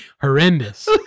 horrendous